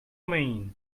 mean